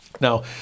Now